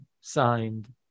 signed